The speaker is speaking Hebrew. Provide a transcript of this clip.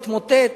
להתמוטט.